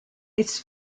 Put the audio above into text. its